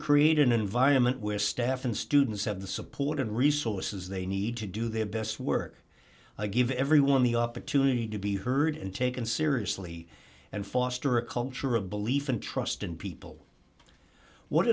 create an environment where staff and students have the support and resources they need to do their best work i give everyone the opportunity to be heard and taken seriously and foster a culture of belief and trust in people what